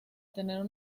tener